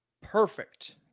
perfect